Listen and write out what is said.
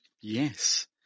yes